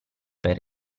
per